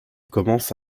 commence